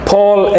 Paul